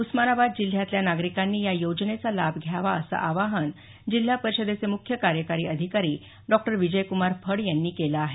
उस्मानाबाद जिल्ह्यातल्या नागरिकांनी या योजनेचा लाभ घ्यावा असं आवाहन जिल्हा परिषदेचे मुख्य कार्यकारी अधिकारी डॉक्टर विजयक्रमार फड यांनी केलं आहे